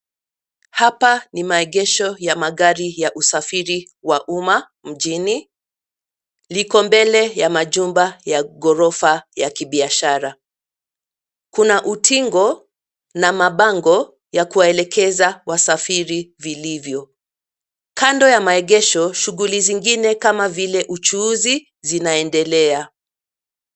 Hapa ni maegesho ya magari ya usafiri wa umma mjini . Liko mbele ya majumba ya ghorofa ya kibiashara . Kuna utingo na mabango ya kuwaelekeza wasafiri vilivyo. Kando ya maegesho shughuli zingine kama vile uchuuzi zinaendelea.